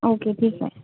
okay ठीक आहे